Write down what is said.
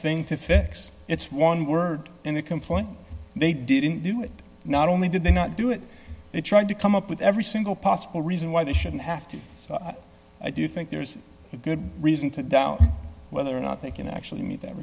thing to fix it's one word in the complaint they didn't do it not only did they not do it they tried to come up with every single possible reason why they shouldn't have to i do think there's a good reason to doubt whether or not they can actually meet that